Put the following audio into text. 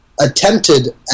attempted